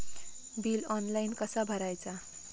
Bill online कसा भरायचा?